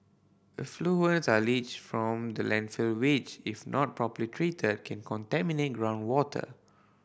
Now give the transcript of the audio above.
effluents are leached from the landfill which if not properly treated can contaminate groundwater